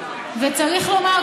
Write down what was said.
צריך לומר,